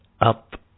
up